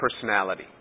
personality